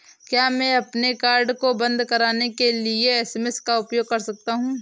क्या मैं अपने कार्ड को बंद कराने के लिए एस.एम.एस का उपयोग कर सकता हूँ?